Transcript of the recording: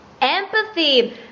Empathy